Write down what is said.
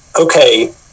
okay